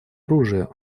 оружия